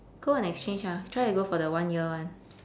go on exchange ah try to go for the one year [one]